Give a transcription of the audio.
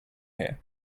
here